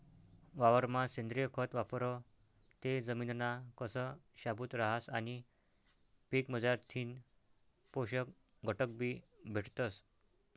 वावरमा सेंद्रिय खत वापरं ते जमिनना कस शाबूत रहास आणि पीकमझारथीन पोषक घटकबी भेटतस